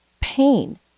pain